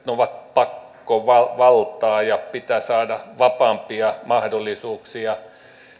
ne ovat pakkovaltaa ja pitää saada vapaampia mahdollisuuksia